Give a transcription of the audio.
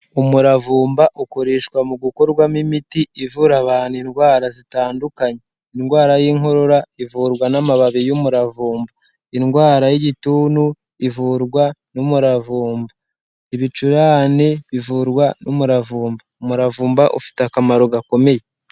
Umuravumba ukoreshwa mu gukorwamo imiti ivura abantu indwara zitandukanye, indwara y'inkorora ivurwa n'amababi y'umuravumba. Indwara y'igituntu ivurwa n'umuravumba. Ibicurane bivurwa n'umuravumba. Umuravumba ufite akamaro gakomeye.